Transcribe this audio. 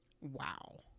Wow